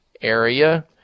area